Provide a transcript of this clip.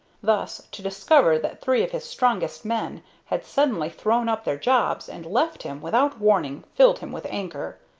thus, to discover that three of his strongest men had suddenly thrown up their jobs and left him without warning filled him with anger.